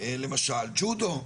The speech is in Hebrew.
למשל ג'ודו,